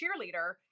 cheerleader